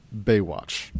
Baywatch